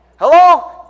Hello